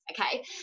okay